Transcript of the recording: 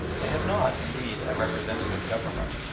they have not, indeed, a representative government,